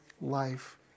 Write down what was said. life